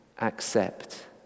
accept